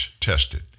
tested